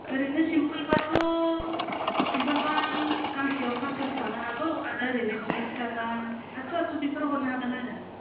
ओरैनो सिमफोलब्लाथ' सिमफोलब्ला गांसेयाव फासस'सो थांनो हागौ आरो ओरैनो डिजाइनफोर थाब्ला सातस' आठस' बिफोराव हरगोन हागोन आरो